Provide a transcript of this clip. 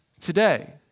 today